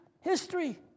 history